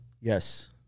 Yes